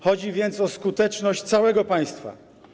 Chodzi więc o skuteczność całego państwa.